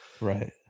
Right